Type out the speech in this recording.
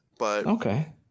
Okay